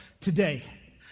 today